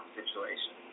situation